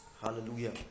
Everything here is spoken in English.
Hallelujah